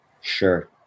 Sure